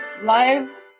live